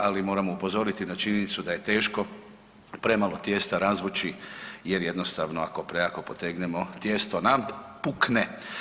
Ali moramo upozoriti na činjenicu da je teško premalo tijesta razvući jer jednostavno ako prejako potegnemo tijesto nam pukne.